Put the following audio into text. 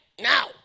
now